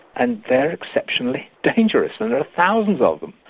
and they're exceptionally dangerous and there are thousands of them.